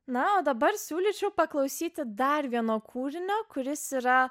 na o dabar siūlyčiau paklausyti dar vieno kūrinio kuris yra